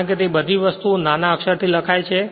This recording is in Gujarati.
કારણ કે તે બધી વસ્તુ નાના અક્ષર થી લખાય છે